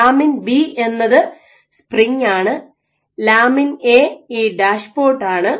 lamin B എന്നത് spring ആണ് lamin A ഈ ഡാഷ് ബോർഡ് ആണ്